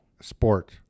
sport